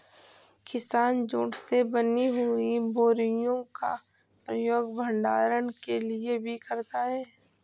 किसान जूट से बनी हुई बोरियों का प्रयोग भंडारण के लिए भी करता है